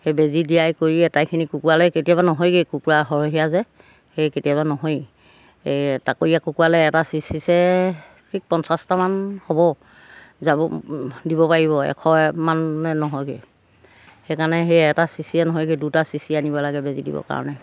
সেই বেজি দিয়াই কৰি এটাইখিনি কুকুৰালৈ কেতিয়াবা নহয়গৈ কুকুৰা সৰহীয়া যে সেই কেতিয়াবা নহয়েই তাকৰীয়া কুকুৰালৈ এটা চিচিছে ঠিক পঞ্চাছটামান হ'ব যাব দিব পাৰিব এশ মানে নহয়গৈ সেইকাৰণে সেই এটা চিচিয়ে নহয়গৈ দুটা চিচি আনিব লাগে বেজি দিবৰ কাৰণে